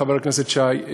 חבר הכנסת שי,